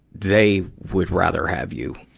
they would rather have you,